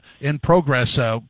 in-progress